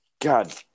God